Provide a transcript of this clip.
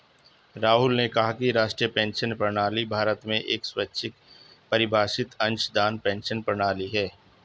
राहुल ने कहा कि राष्ट्रीय पेंशन प्रणाली भारत में एक स्वैच्छिक परिभाषित अंशदान पेंशन प्रणाली है